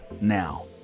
now